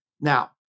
Now